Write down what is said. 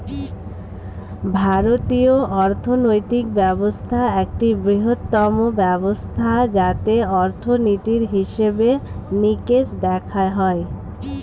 ভারতীয় অর্থনৈতিক ব্যবস্থা একটি বৃহত্তম ব্যবস্থা যাতে অর্থনীতির হিসেবে নিকেশ দেখা হয়